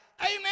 amen